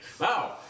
Wow